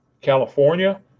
california